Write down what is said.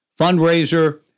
fundraiser